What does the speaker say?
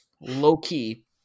low-key